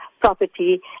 property